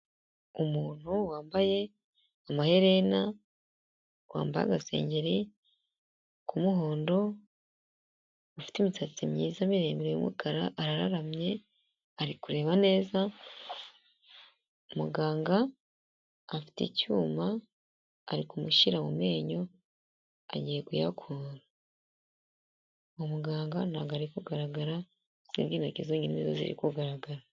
Umuntu wambaye amaherena wambaye agasengeri k'umuhondo ufite imisatsi myiza miremire y'umukara arararamye ari kureba neza, muganga afite icyuma ari kumushyira mu menyo agiye kuyakura, umuganga ntago ari kugaragara usibye intoki zonyine ni zo ziri kugaragara.